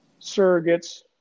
surrogates